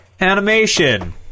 Animation